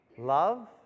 love